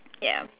ya